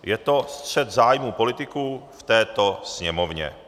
Je to střet zájmu politiků v této Sněmovně.